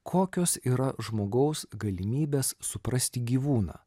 kokios yra žmogaus galimybės suprasti gyvūną